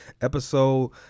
Episode